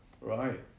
Right